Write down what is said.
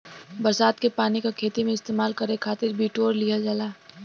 बरसात के पानी क खेती में इस्तेमाल करे खातिर बिटोर लिहल जाला